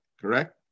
Correct